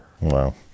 wow